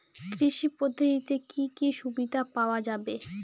কৃষি পদ্ধতিতে কি কি সুবিধা পাওয়া যাবে?